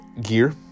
gear